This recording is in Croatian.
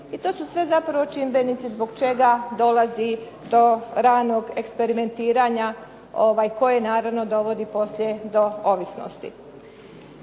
I to su sve zapravo čimbenici zbog čega dolazi do ranog eksperimentiranja, koje naravno dovodi poslije do ovisnosti.